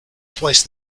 placed